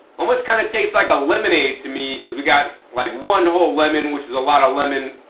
almost kind of tastes like a lemonade to me because we got like one whole lemon, which is a lot of lemon,